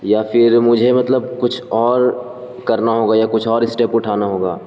یا پھر مجھے مطلب کچھ اور کرنا ہوگا یا کچھ اور اسٹیپ اٹھانا ہوگا